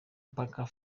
parker